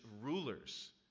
rulers